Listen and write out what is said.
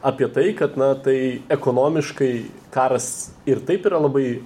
apie tai kad na tai ekonomiškai karas ir taip yra labai